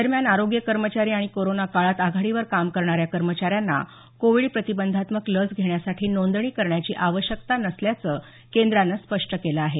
दरम्यान आरोग्य कर्मचारी आणि कोरोना काळात आघाडीवर काम करणाऱ्या कर्मचाऱ्यांना कोविड प्रतिबंधात्मक लस घेण्यासाठी नोंदणी करण्याची आवश्यकता नसल्याचं केंद्रानं स्पष्ट केलं आहे